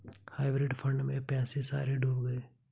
hybrid fund में पैसे सारे डूब गए